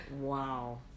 wow